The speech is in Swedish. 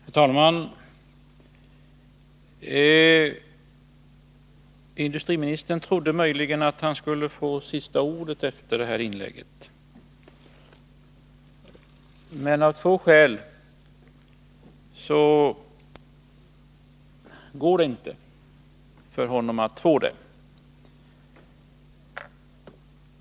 Herr talman! Industriministern trodde möjligen att han skulle få sista ordet i och med det här inlägget. Av två skäl kan han dock inte få det.